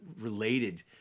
related